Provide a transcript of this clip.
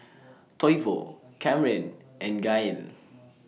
Toivo Camren and Gael